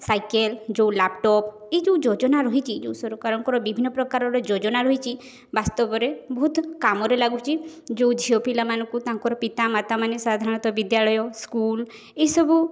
cycle ଯେଉଁ laptop ଏଇ ଯେଉଁ ଯୋଜନା ରହିଛି ଯେଉଁ ସରକାରଙ୍କର ବିଭିନ୍ନ ପ୍ରକାରର ଯୋଜନା ରହିଛି ବାସ୍ତବରେ ବହୁତ କାମରେ ଲାଗୁଛି ଯେଉଁ ଝିଅ ପିଲା ମାନଙ୍କୁ ତାଙ୍କର ପିତା ମାତା ମାନେ ସାଧାରଣତଃ ବିଦ୍ୟାଳୟ ସ୍କୁଲ୍ ଏସବୁ